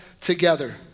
Together